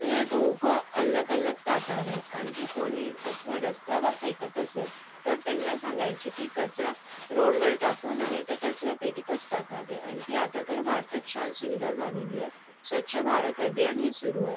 ते दोघं अलग अलग टाकावे आणखी कोणी कचरा रस्त्यावर फेकत असेल तर त्यांना सांगायचे की कचरा रोडवर टाकू नये ते कचरापेटीतच टाकावे आणखी आता तर भारतात छान सुविधा झालेली आहे स्वच्छ भारत अभियान हे सुरू आहे